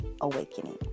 awakening